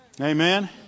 Amen